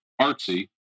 artsy